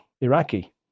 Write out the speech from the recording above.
Iraqi